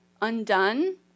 undone